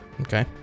Okay